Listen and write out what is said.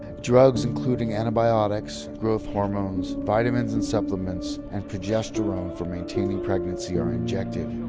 drugs including antibiotics, growth hormones, vitamins and supplements, and progesterone for maintaining pregnancy are injected,